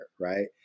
right